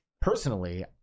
Personally